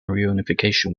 reunification